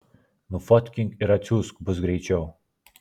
nufotkink ir atsiųsk bus greičiau